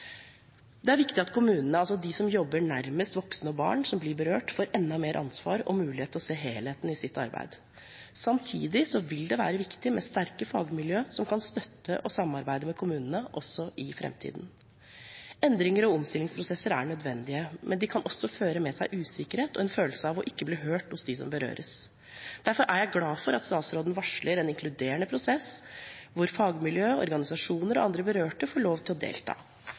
Det er viktig at kommunene, de som jobber nærmest voksne og barn som blir berørt, får enda mer ansvar og mulighet til å se helheten i sitt arbeid. Samtidig vil det være viktig med sterke fagmiljø som kan støtte og samarbeide med kommunene også i framtiden. Endringer og omstillingsprosesser er nødvendige, men de kan også føre med seg usikkerhet og en følelse av ikke å bli hørt hos dem som berøres. Derfor er jeg glad for at statsråden varsler en inkluderende prosess, hvor fagmiljø, organisasjoner og andre berørte får lov til å delta.